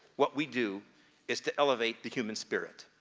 what we do is to elevate the human spirit.